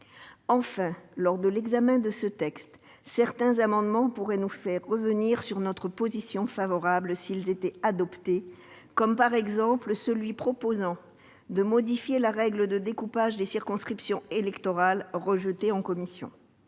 Enfin, lors de l'examen de ce texte, certains amendements pourraient nous faire revenir sur notre position favorable s'ils étaient adoptés. Je pense par exemple à celui qui a pour objet de modifier la règle de découpage des circonscriptions électorales, amendement rejeté en commission.